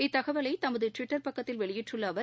இத்தகவலை தமது டுவிட்டர் பக்கத்தில் வெளியிட்டுள்ள அவர்